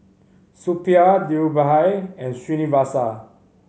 Suppiah Dhirubhai and Srinivasa